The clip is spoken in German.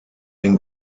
den